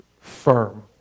firm